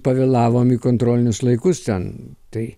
pavėlavom į kontrolinius laikus ten tai